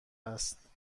است